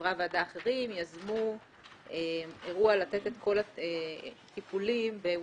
וחברי ועדה אחרים יזמו אירוע לתת את כל הטיפולים ב-,